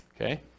Okay